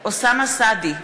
אוסאמה סעדי,